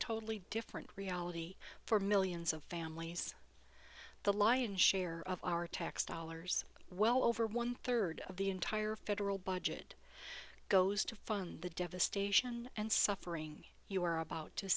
totally different reality for millions of families the lion's share of our tax dollars well over one third of the entire federal budget goes to fund the devastation and suffering you are about to